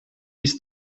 bis